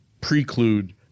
preclude